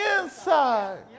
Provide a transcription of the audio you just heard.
inside